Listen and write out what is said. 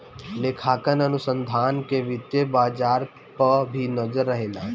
लेखांकन अनुसंधान कअ वित्तीय बाजार पअ भी नजर रहेला